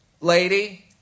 lady